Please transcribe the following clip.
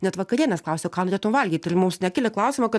net vakarienės klausia ką norėtum valgyti ir mums nekelia klausimo kad